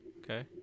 Okay